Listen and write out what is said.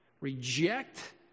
reject